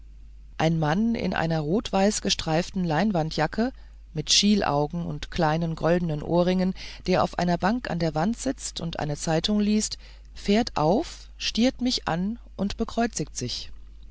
ein mann in einer rotweißgestreiften leinwandjacke mit schielaugen und kleinen goldenen ohrringen der auf einer bank an der wand sitzt und eine zeitung liest fährt auf stiert mich an und bekreuzigt sich